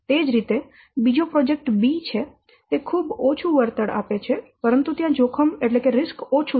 એ જ રીતે બીજો પ્રોજેક્ટ B છે તે ખૂબ ઓછું વળતર આપે છે પરંતુ ત્યાં જોખમ ઓછું છે